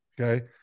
okay